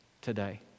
today